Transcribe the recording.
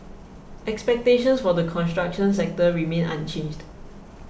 expectations for the construction sector remain unchanged